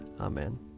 Amen